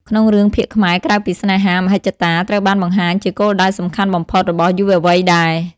ក្នុងរឿងភាគខ្មែរ ក្រៅពីស្នេហា មហិច្ឆតា ត្រូវបានបង្ហាញជាគោលដៅសំខាន់បំផុតរបស់យុវវ័យដែរ។